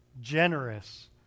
generous